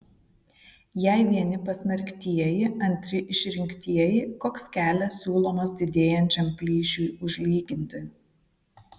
jei vieni pasmerktieji antri išrinktieji koks kelias siūlomas didėjančiam plyšiui užlyginti